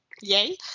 Yay